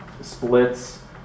splits